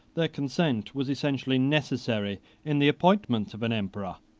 their consent was essentially necessary in the appointment of an emperor.